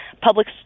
Public